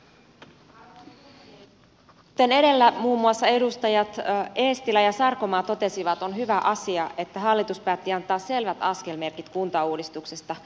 kuten edellä muun muassa edustajat eestilä ja sarkomaa totesivat on hyvä asia että hallitus päätti antaa selvät askelmerkit kuntauudistuksesta